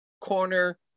corner